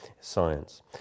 science